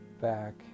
back